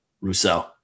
Rousseau